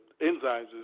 enzymes